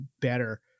better